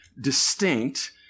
distinct